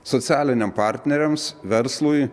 socialiniam partneriams verslui